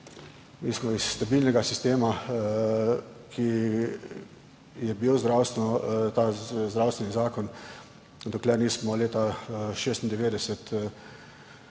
Mi smo iz stabilnega sistema, kar je bil ta zdravstveni zakon, dokler nismo leta 1996